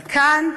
אבל כאן,